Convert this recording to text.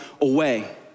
away